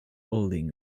holding